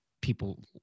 people